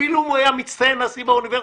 אפילו אם הוא היה מצטיין נשיא באוניברסיטה.